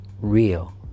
real